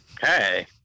Hey